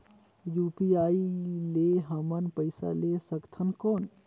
UPI ले हमन पइसा ले सकथन कौन?